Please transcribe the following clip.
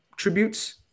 Tributes